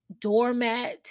doormat